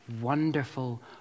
wonderful